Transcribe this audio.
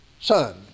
son